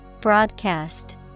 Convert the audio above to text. Broadcast